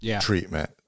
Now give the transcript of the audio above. treatment